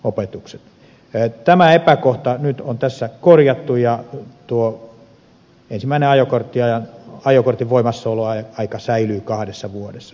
tämä epäkohta nyt on tässä korjattu ja ensimmäinen ajokortin voimassaoloaika säilyy kahdessa vuodessa